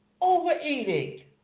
overeating